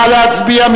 נא להצביע.